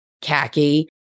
khaki